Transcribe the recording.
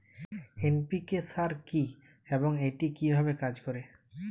NPK সার কি এবং এটি কিভাবে কাজ করে?